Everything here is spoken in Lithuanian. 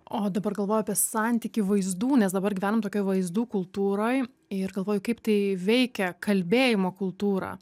o dabar galvoju apie santykį vaizdų nes dabar gyvenam tokioj vaizdų kultūroj ir galvoju kaip tai veikia kalbėjimo kultūrą